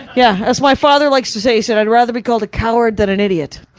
yeah, as my father likes to say, so i'd rather be called a coward than an idiot.